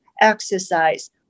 exercise